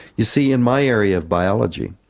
you see, in my area of biology,